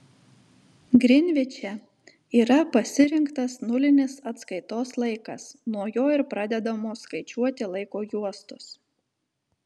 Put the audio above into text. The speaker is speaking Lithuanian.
grinviče yra pasirinktas nulinis atskaitos laikas nuo jo ir pradedamos skaičiuoti laiko juostos